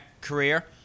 career